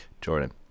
Jordan